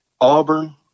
Auburn